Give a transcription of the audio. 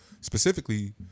Specifically